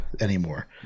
anymore